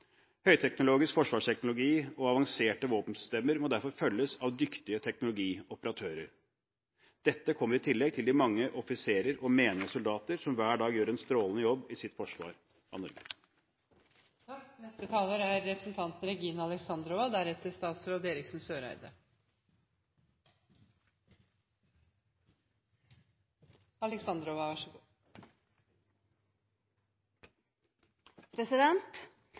Høyteknologisk forsvar og avanserte våpensystemer må derfor følges av dyktige teknologioperatører. Dette kommer i tillegg til de mange offiserer og menige soldater som hver dag gjør en strålende jobb i sitt forsvar av Norge.